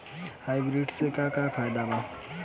Hybrid से का का फायदा बा?